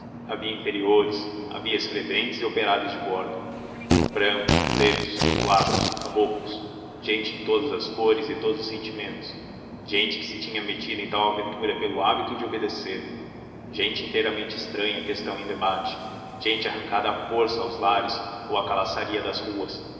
havia inferiores havia escreventes e operários de bordo brancos pretos mulatos caboclos gente de todas as cores e todos os sentimentos gente que se tinha metido em tal aventura pelo hábito de obedecer gente inteiramente estranha à questão em debate gente arrancada à força aos lares ou à calaçaria das ruas